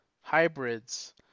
hybrids